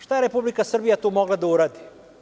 Šta je Republika Srbija mogla tu da uradi?